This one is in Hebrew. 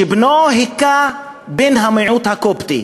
שבנו הכה את בן המיעוט הקופטי,